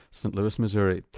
so louis missouri.